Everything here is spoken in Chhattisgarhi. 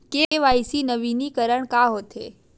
के.वाई.सी नवीनीकरण का होथे?